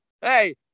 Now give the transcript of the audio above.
Hey